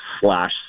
slash